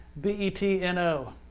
b-e-t-n-o